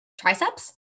Triceps